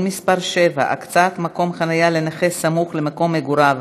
מס' 7) (הקצאת מקום חניה לנכה סמוך למקום מגוריו),